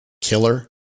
killer